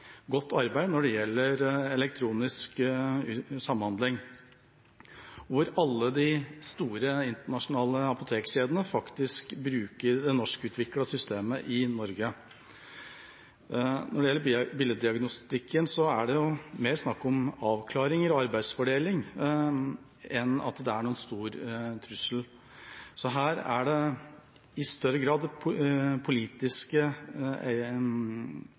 godt arbeid når det gjelder elektronisk samhandling, og hvor alle de store internasjonale apotekkjedene bruker det norskutviklede systemet i Norge. Når det gjelder billeddiagnostikken, er det mer snakk om avklaringer og arbeidsfordeling enn at det er noen stor trussel. Her er det i større grad det politiske